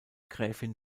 gräfin